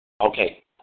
Okay